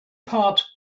part